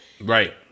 Right